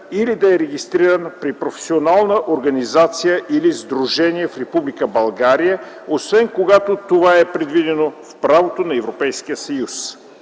или да е регистриран при професионална организация или сдружение в Република България, освен когато това е предвидено в правото на